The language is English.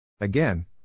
Again